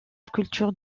sculptures